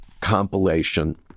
compilation